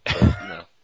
No